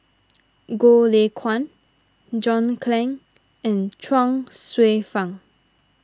Goh Lay Kuan John Clang and Chuang Hsueh Fang